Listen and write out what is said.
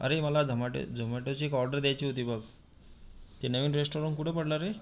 अरे मला झमाटो झमाटोची एक ऑर्डर द्यायची होती बघ ते नवीन रेस्टॉरंट कुठे पडलं रे